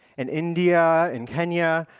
in india, in kenya,